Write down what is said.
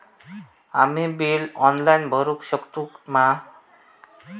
आम्ही bill online भरुक शकतू मा?